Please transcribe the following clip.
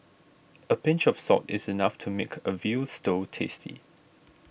a pinch of salt is enough to make a Veal Stew tasty